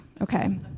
Okay